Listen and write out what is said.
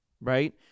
right